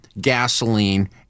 gasoline